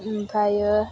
उमफायो